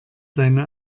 seine